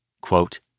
Quote